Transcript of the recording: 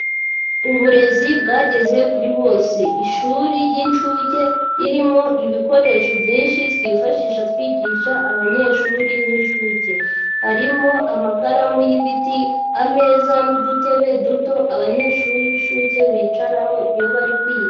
Uburezi bwageze kuri bose. Ishuri ry'inshuke, ririmo ibikoresho byinshi twifashisha twigisha abanyeshuri b'inshuke. Harimo amakaramu y'ibiti, ameza n'udutebe duto abanyeshuri b'inshuke bicaraho iyo bari kwiga.